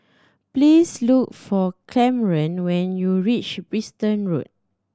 please look for Kamron when you reach Bristol Road